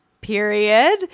period